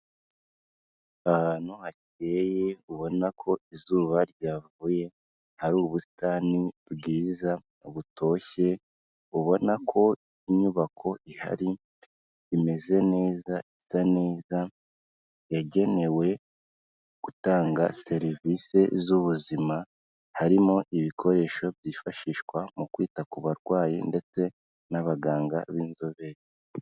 Ahantu hakeye ubona ko izuba ryavuye, hari ubusitani bwiza butoshye, ubona ko inyubako ihari imeze neza, isa neza, yagenewe gutanga serivisi z'ubuzima, harimo ibikoresho byifashishwa mu kwita ku barwayi ndetse n'abaganga b'inzobere.